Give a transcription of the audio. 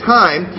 time